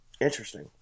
Interesting